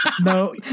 No